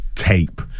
tape